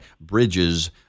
bridges